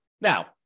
Now